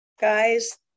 guys